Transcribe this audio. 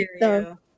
no